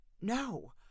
No